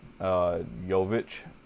Jovic